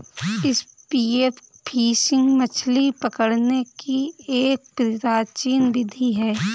spear fishing मछली पकड़ने की एक प्राचीन विधि है